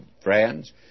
friends